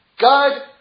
God